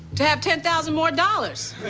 to have ten thousand more dollars?